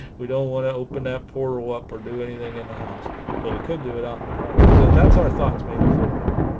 we don't want to open that portal up or do anything in the house but we could do it out in the driveway so that's our thoughts maybe for tomorrow